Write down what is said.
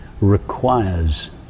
requires